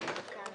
ננעלה